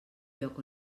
lloc